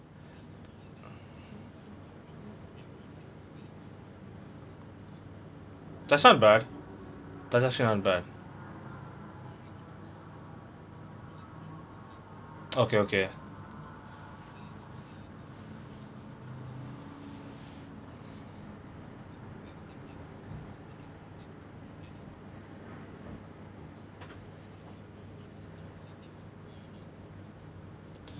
that's not bad that's actually not bad okay okay